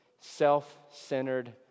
self-centered